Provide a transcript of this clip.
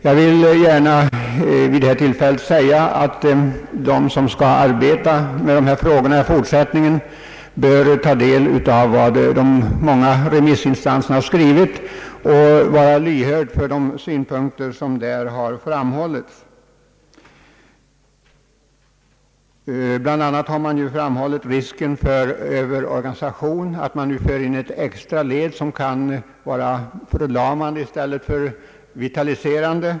Jag vill gärna vid detta tillfälle säga att de som i fortsättningen skall arbeta med dessa frågor bör ta del av vad de många remissinstanserna skrivit och vara lyhörda för de synpunkter som där förts fram. Bland annat har man framhållit risken för överorganisation, att man nu tar in ett extra led som kan bli förlamande i stället för vitaliserande.